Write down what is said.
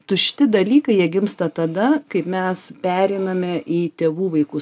tušti dalykai jie gimsta tada kai mes pereiname į tėvų vaikų